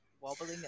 wobbling